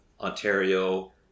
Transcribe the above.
Ontario